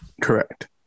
Correct